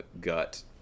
gut